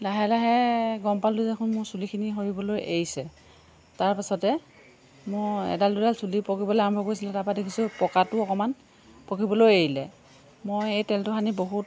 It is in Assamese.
লাহে লাহে গম পালোঁ দেখোন মোৰ চুলিখিনি সৰিবলৈ এৰিছে তাৰপাছতে মোৰ এডাল দুডাল চুলি পকিবলৈ আৰম্ভ কৰিছিল তাৰ পৰা দেখিছোঁ পকাটোও অকণমান পকিবলৈও এৰিলে মই এই তেলটো সানি বহুত